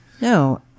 No